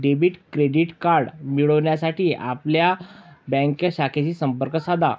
debit credit card मिळविण्यासाठी आपल्या bank शाखेशी संपर्क साधा